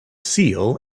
seal